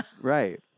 right